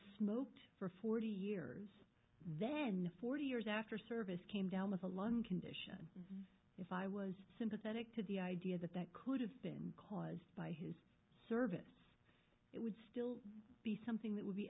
smoked for forty years then forty years after service came down with a lung condition if i was sympathetic to the idea that that could have been caused by his service it would still be something that would be